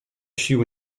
sił